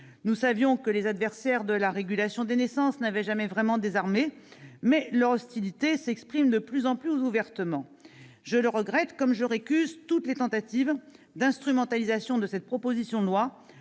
Nous savions que les adversaires de la régulation des naissances n'avaient jamais vraiment désarmé, mais leur hostilité s'exprime de plus en plus ouvertement. Je le regrette, comme je récuse toutes les tentatives d'instrumentalisation de cette proposition de loi